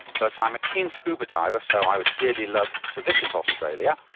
but i'm a keen scuba diver so i would dearly love to visit australia.